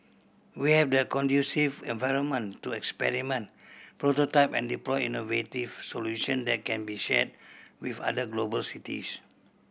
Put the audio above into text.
we have the conducive environment to experiment prototype and deploy innovative solution that can be shared with other global cities